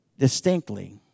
distinctly